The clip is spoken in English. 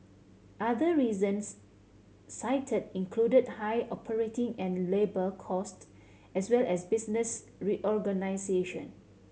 other reasons cited included high operating and labour cost as well as business reorganisation